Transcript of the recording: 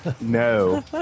no